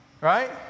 right